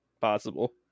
possible